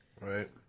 right